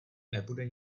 nebude